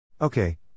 Okay